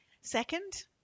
Second